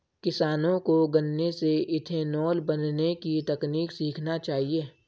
किसानों को गन्ने से इथेनॉल बनने की तकनीक सीखना चाहिए